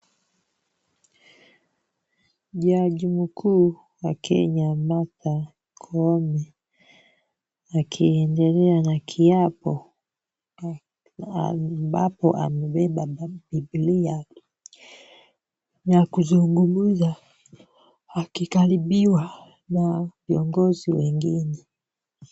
Jaji mkuu wa Kenya Martha Koome akiendelea na kiapo ambapo amebeba bibilia na kuzungumza akikaribiwa na viongozi wengine.